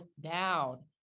down